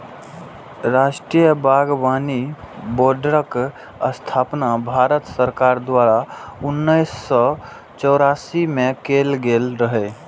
राष्ट्रीय बागबानी बोर्डक स्थापना भारत सरकार द्वारा उन्नैस सय चौरासी मे कैल गेल रहै